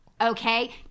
okay